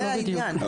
זה העניין.